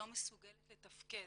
לא מסוגלת לתפקד.